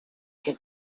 get